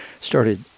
started